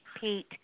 Pete